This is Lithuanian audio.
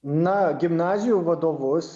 na gimnazijų vadovus